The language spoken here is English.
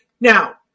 Now